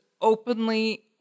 openly